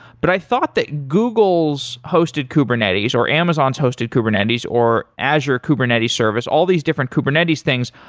but i thought that google's hosted kubernetes or amazon's hosted kubernetes or azure kubernetes service, all these different kubernetes things,